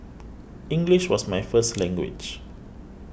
English was my first language